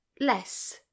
Less